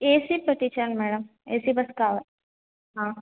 AC పెట్టించండి madam AC bus కావాలి